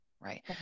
Right